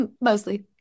mostly